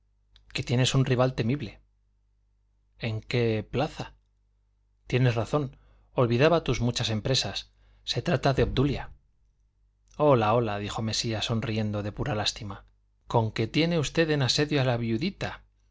que tienes un rival temible en qué plaza tienes razón olvidaba tus muchas empresas se trata de obdulia hola hola dijo mesía sonriendo de pura lástima con que tiene usted en asedio a la viudita